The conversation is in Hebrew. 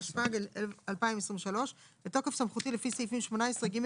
התשפ"ג-2023 בתוקף סמכותי לפי סעיפים 18(ג)